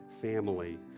family